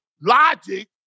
Logic